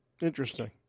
Interesting